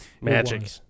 Magic